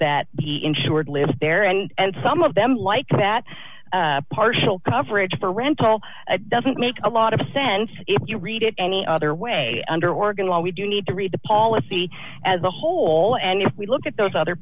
that the insured lives there and some of them like that partial coverage for rental doesn't make a lot of sense if you read it any other way under organ while we do need to read the policy as a whole and if we look at those other